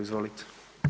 Izvolite.